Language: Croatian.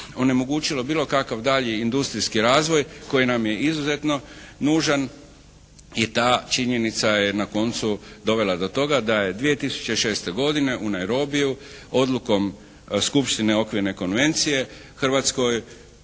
onemogućilo bilo kakav daljnji industrijski razvoj koji nam je izuzetno nužan i ta činjenica je na koncu dovela do toga da je 2006. godine u Nairobiu odlukom Skupštine Okvirne konvencije Hrvatskoj